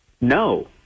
No